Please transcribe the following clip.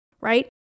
right